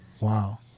Wow